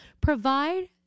provide